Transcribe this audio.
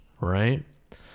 right